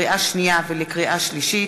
לקריאה שנייה ולקריאה שלישית,